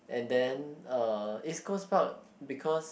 and then uh East-Coast-Park because